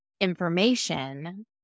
information